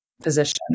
position